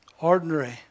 Ordinary